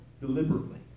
deliberately